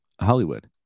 Hollywood